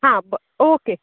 हां ब ओके